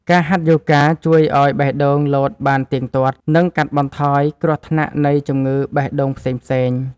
ការហាត់យូហ្គាជួយឱ្យបេះដូងលោតបានទៀងទាត់ និងកាត់បន្ថយគ្រោះថ្នាក់នៃជំងឺបេះដូងផ្សេងៗ។